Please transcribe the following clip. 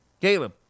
Caleb